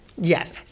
Yes